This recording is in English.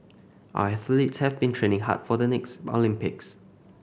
our athletes have been training hard for the next Olympics